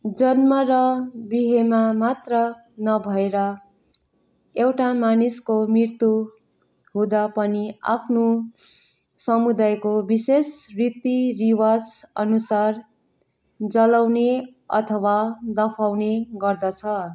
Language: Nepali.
जन्म र बिहेमा मात्र नभएर एउटा मानिसको मृत्यु हुँदा पनि आफ्नो समुदायको विशेष रीतिरिवाजअनुसर जलाउने अथवा दफ्नाउने गर्दछ